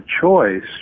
choice